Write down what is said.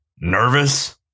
Nervous